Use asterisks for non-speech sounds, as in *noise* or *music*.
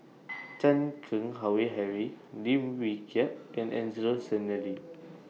*noise* Chan Keng Howe Harry Lim Wee Kiak and Angelo Sanelli